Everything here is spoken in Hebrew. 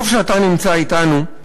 טוב שאתה נמצא אתנו,